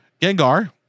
Gengar